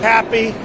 Happy